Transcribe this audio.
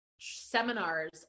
seminars